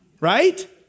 right